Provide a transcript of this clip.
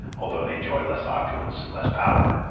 although they enjoy less opulence and less power.